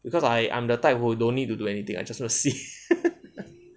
because I I'm the type who don't need to do anything I go and see